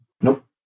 Nope